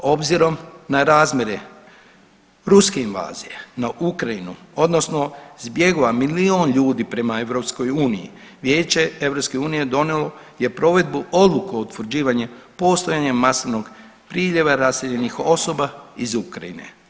Obzirom na razmjere ruske invazije na Ukrajinu odnosno zbjegova milijun ljudi prema EU Vijeće EU donijelo je provedbu odluku o utvrđivanju postojanja masovnog priljeva raseljenih osoba iz Ukrajine.